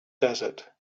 desert